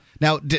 Now